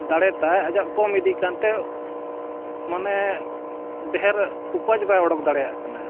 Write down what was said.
ᱫᱟᱲᱮ ᱛᱟᱭ ᱟᱡᱟᱜ ᱠᱚᱢ ᱤᱫᱤᱜ ᱠᱟᱱᱛᱮ ᱢᱟᱱᱮ ᱰᱷᱮᱨ ᱩᱯᱟᱡᱽ ᱵᱟᱭ ᱳᱰᱳᱠ ᱫᱟᱲᱮᱭᱟᱜ ᱠᱟᱱᱟᱭ